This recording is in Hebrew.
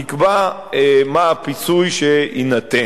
יקבע מה הפיצוי שיינתן.